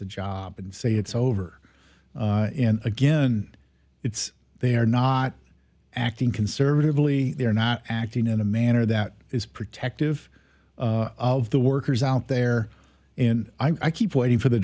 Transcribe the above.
the job and say it's over and again it's they're not acting conservatively they're not acting in a manner that is protective of the workers out there in i keep waiting for the